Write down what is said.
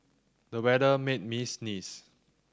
the weather made me sneeze